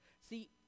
See